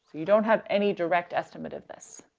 you don't have any direct estimate of this.